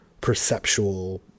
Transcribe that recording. perceptual